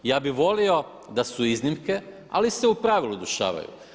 Ja bi volio da su iznimke, ali se u pravilu dešavaju.